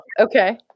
Okay